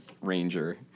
Ranger